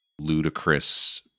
ludicrous